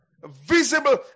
visible